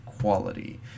quality